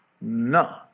No